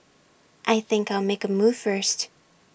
I think I'll make A move first